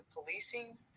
policing